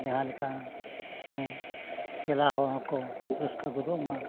ᱡᱟᱦᱟᱸ ᱞᱮᱠᱟ ᱢᱟᱱᱮ ᱪᱟᱞᱟᱜ ᱦᱚᱲ ᱦᱚᱸᱠᱚ ᱨᱟᱹᱥᱠᱟᱹ ᱜᱚᱫᱚᱜ ᱢᱟ